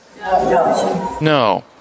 No